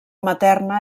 materna